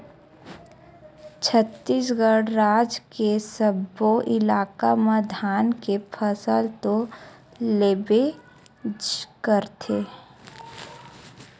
छत्तीसगढ़ राज के सब्बो इलाका म धान के फसल तो लेबे करथे